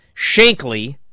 Shankly